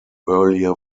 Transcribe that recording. earlier